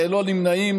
ללא נמנעים.